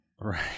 right